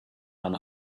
dann